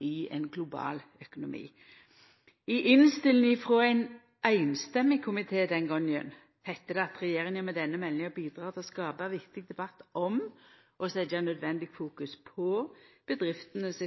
i ein global økonomi. I innstillinga frå ein einstemmig komité den gongen heitte det at regjeringa med den meldinga «bidrar til å skape viktig debatt om og sette nødvendig fokus på bedrifters